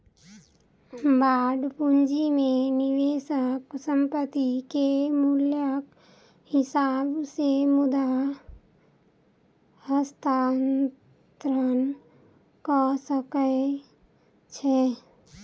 bond पूंजी में निवेशक संपत्ति के मूल्यक हिसाब से मुद्रा हस्तांतरण कअ सकै छै